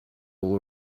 will